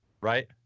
right